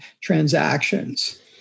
transactions